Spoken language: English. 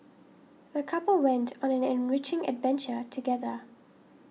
the couple went on an enriching adventure together